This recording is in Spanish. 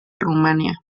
rumania